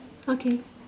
okay